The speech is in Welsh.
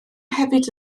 hefyd